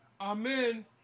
Amen